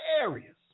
areas